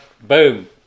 boom